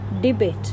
debate